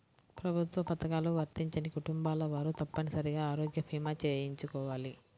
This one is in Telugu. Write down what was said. ప్రభుత్వ పథకాలు వర్తించని కుటుంబాల వారు తప్పనిసరిగా ఆరోగ్య భీమా చేయించుకోవాలి